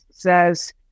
says